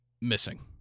missing